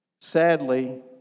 Sadly